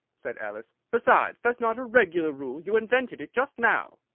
said alice besides, that's not a regular rule you invented it just now.